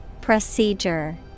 Procedure